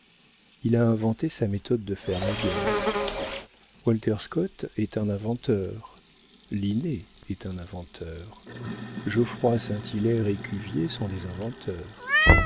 il a inventé sa méthode de faire la guerre walter scott est un inventeur linné est un inventeur geoffroy saint-hilaire et cuvier sont des inventeurs